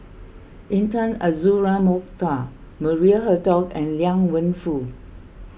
Intan Azura Mokhtar Maria Hertogh and Liang Wenfu